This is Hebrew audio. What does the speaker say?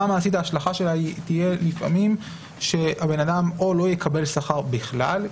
ברמה המעשית ההשלכה שלה תהיה לפעמים שהבן אדם או לא יקבל שכר בכלל,